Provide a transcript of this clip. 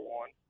one